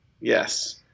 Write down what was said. Yes